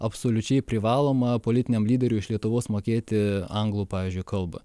absoliučiai privaloma politiniam lyderiui iš lietuvos mokėti anglų pavyzdžiui kalbą